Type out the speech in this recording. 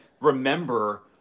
remember